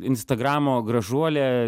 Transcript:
instagramo gražuolė